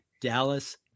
Dallas